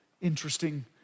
interesting